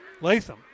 Latham